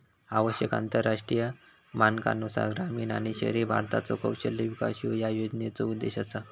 आवश्यक आंतरराष्ट्रीय मानकांनुसार ग्रामीण आणि शहरी भारताचो कौशल्य विकास ह्यो या योजनेचो उद्देश असा